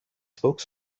spoke